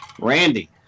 Randy